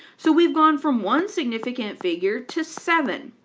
so we've gone from one significant figure to seven.